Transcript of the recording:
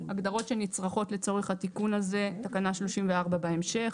הגדרות שנצרכות לצורך התיקון הזה, תקנה 34 בהמשך.